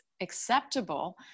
acceptable